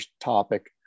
topic